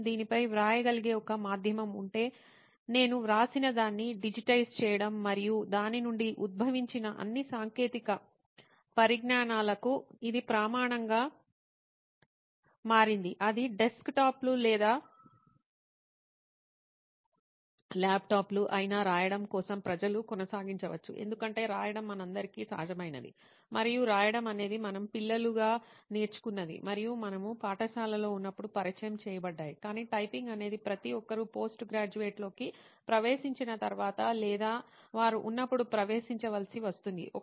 నేను దీనిపై వ్రాయగలిగే ఒక మాధ్యమం ఉంటే నేను వ్రాసిన దాన్ని డిజిటైజ్ చేయడం మరియు దాని నుండి ఉద్భవించిన అన్ని సాంకేతిక పరిజ్ఞానాలకు ఇది ప్రమాణంగా మారింది అది డెస్క్టాప్లు లేదా ల్యాప్టాప్లు అయినా రాయడం కోసం ప్రజలు కొనసాగించవచ్చు ఎందుకంటే రాయడం మనందరికీ సహజమైనది మరియు రాయడం అనేది మనం పిల్లలుగా నేర్చుకున్నది మరియు మనము పాఠశాలలో ఉన్నప్పుడు పరిచయం చేయబడ్డాము కాని టైపింగ్ అనేది ప్రతి ఒక్కరూ పోస్ట్ గ్రాడ్యుయేషన్లోకి ప్రవేశించిన తర్వాత లేదా వారు ఉన్నప్పుడు ప్రవేశించవలసి వస్తుంది